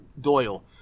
Doyle